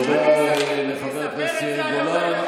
תספר את זה היום לילדים שלי בממ"ד.